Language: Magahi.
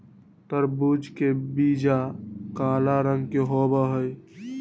तरबूज के बीचा काला रंग के होबा हई